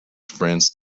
france